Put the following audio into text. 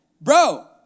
bro